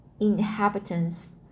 inhabitants